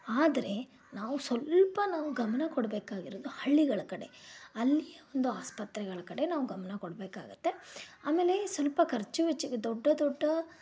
ಆದರೆ ನಾವು ಸ್ವಲ್ಪ ನಾವು ಗಮನ ಕೊಡ್ಬೇಕಾಗಿರೋದು ಹಳ್ಳಿಗಳ ಕಡೆ ಅಲ್ಲಿಯ ಒಂದು ಆಸ್ಪತ್ರೆಗಳ ಕಡೆ ನಾವು ಗಮನ ಕೊಡಬೇಕಾಗತ್ತೆ ಅಮೇಲೆ ಸ್ವಲ್ಪ ಖರ್ಚುವೆಚ್ಚ ದೊಡ್ಡ ದೊಡ್ಡ